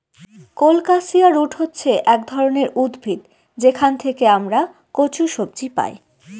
colocasia root হচ্ছে এক ধরনের উদ্ভিদ যেখান থেকে আমরা কচু সবজি পাই